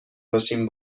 باشیم